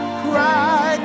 cry